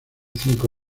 cinco